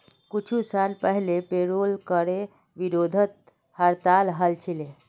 कुछू साल पहले पेरोल करे विरोधत हड़ताल हल छिले